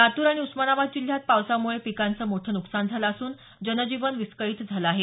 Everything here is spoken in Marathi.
लातूर आणि उस्मानाबाद जिल्ह्यात पावसामुळे पिकांचं मोठं नुकसान झालं असून जनजीवन विस्कळीत झालं आहे